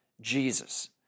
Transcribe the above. Jesus